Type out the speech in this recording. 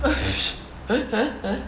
uh